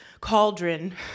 cauldron